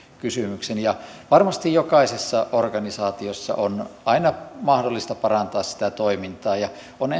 kysymyksen varmasti jokaisessa organisaatiossa on aina mahdollista parantaa sitä toimintaa ja on